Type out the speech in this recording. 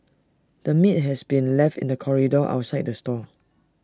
the meat has been left in the corridor outside the stall